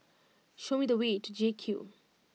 show me the way to J Cube